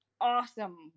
awesome